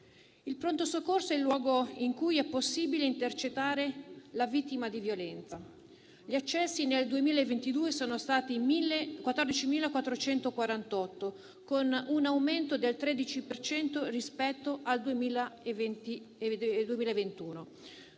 al pronto soccorso. È quest'ultimo il luogo in cui è possibile intercettare la vittima di violenza. Gli accessi nel 2022 sono stati 14.448, con un aumento del 13 per cento rispetto al 2021.